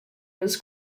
was